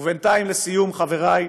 ובינתיים, לסיום, חברי,